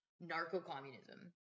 narco-communism